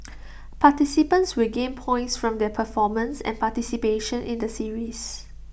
participants will gain points from their performance and participation in the series